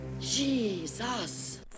Jesus